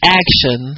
action